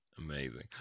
Amazing